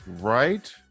right